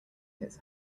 his